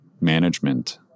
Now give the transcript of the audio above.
management